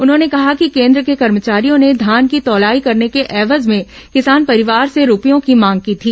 उन्होंने कहा कि केन्द्र के कर्मचारियों ने धान की तौलाई करने के एवज में किसान परिवार से रूपयों की मांग की थी